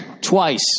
twice